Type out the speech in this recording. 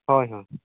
ᱦᱳᱭ ᱦᱳᱭ